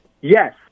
yes